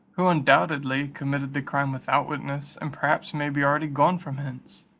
who undoubtedly committed the crime without witness, and perhaps may be already gone from hence?